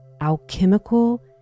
alchemical